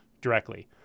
directly